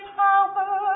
power